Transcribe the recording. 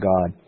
God